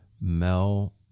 Mel